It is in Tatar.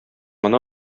гына